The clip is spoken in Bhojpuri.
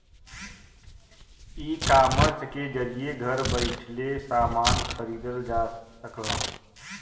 ईकामर्स के जरिये घर बैइठे समान खरीदल जा सकला